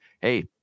hey